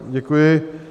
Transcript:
Děkuji.